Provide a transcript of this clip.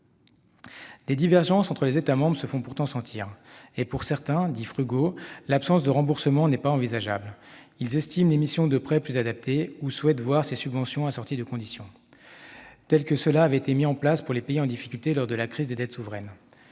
Des divergences entre les États membres se font pourtant sentir, et pour certains, dits « frugaux », l'absence de remboursement n'est pas envisageable. Ils estiment l'émission de prêts plus adaptée ou souhaitent voir ces subventions assorties de conditions, tel que cela avait été mis en place pour les pays en difficulté lors de la crise des dettes souveraines.